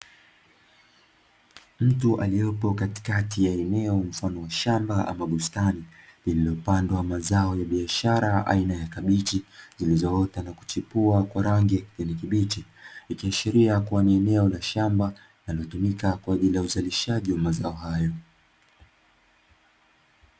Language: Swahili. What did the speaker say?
Mtu aliyepo katikati ya eneo mfano wa shamba ama bustani, iliyopandwa mazao ya biashara aina ya kabichi zilizoota na kuchepua kwa rangi ya kijani kibichi. Ikiashiria kuwa ni eneo la shamba linalotumika kwa ajili ya uzalishaji wa mazao hayo.